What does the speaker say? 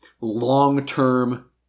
long-term